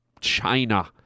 China